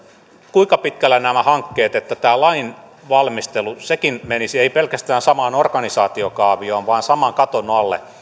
kuinka pitkällä nämä hankkeet että tämä lainvalmistelu sekin menisi ei pelkästään samaan organisaatiokaavioon vaan saman katon alle